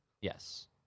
Yes